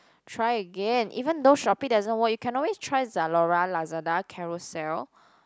try again even though Shopee doesn't work you can always try Zalora Lazada Carousell